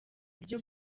buryo